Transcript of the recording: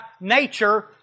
nature